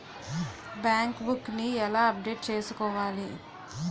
Bank book నీ ఎలా అప్డేట్ చేసుకోవాలి?